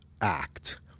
act